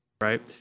right